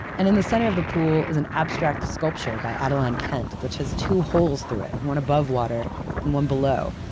and in the center of the pool is an abstract sculpture by adaline kent, which has two holes through it. one above water, and one below.